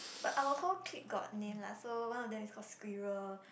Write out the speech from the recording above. but our whole clique got name lah so one of them is call squirrel